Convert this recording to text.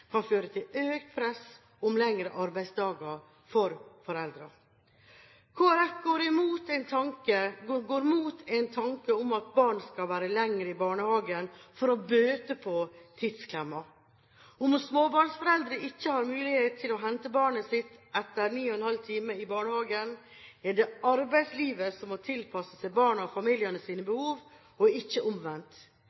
kan føre til økt press om lengre arbeidsdager for foreldrene. Kristelig Folkeparti går mot en tanke om at barn skal være lenger i barnehagen for å bøte på tidsklemma. Hvis småbarnsforeldre ikke har mulighet til å hente barnet sitt etter 9,5 timer i barnehagen, er det arbeidslivet som må tilpasse seg barna og